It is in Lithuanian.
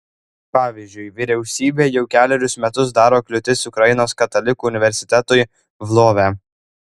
pavyzdžiui vyriausybė jau kelerius metus daro kliūtis ukrainos katalikų universitetui lvove